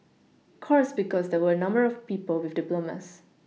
course because there were a number of people with diplomas